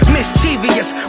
Mischievous